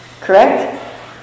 Correct